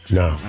no